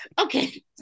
okay